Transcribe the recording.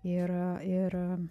ir ir